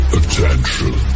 attention